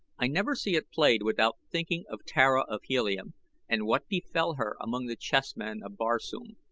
i never see it played without thinking of tara of helium and what befell her among the chessmen of barsoom.